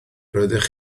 roeddech